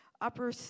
upper